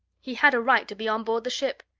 he had a right to be on board the ship!